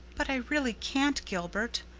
but i really can't, gilbert.